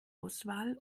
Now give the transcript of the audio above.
auswahl